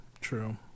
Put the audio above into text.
true